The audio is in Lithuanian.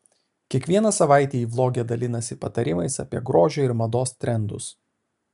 kiekvieną savaitę ji vloge dalinasi patarimais apie grožio ir mados trendus